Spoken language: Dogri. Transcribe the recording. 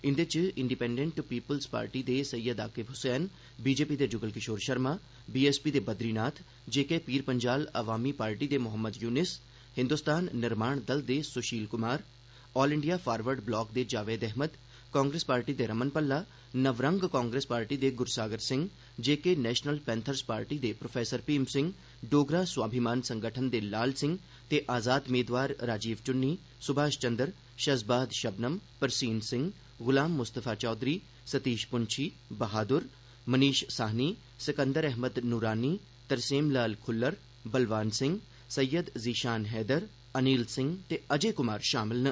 इंदे च इंडीपेंडें पीपूल्स पार्टी दे सैयद आकिब हसैन बीजेपी दे जुगल किशोर शर्मा बीएसपी दे बद्रीनाथ जेके पीर पंजाल अवामी पार्टी दे मोहम्मद यूनिस हिंदोस्तान निर्माण दल दे Sushil Kumar all India forward bloc दे जावेद अहमद कांग्रेस पार्टी दे रमण भल्ला नवरंग कांग्रेस पार्टी दे Gursagar Singh JK national panthers party दे प्रोफेसर भीम सिंह डोगरा स्वाभीमान संगठन दे लाल सिंह ते आजाद मेदवार राजीव चुन्नी सुभाश चंद्र शज़बाद शबनम परसीन सिंह गुलाम मुस्तफा चैधरी सतीश पुंछी बहादुर मनीश साहनी सकन्दर अहमद नूरानी तरसेम लाल ख्ल्लर बलवान सिंह सैयद ज़ीशान हैदर अनिल सिंह ते अजय क्मार शामिल न